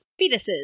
fetuses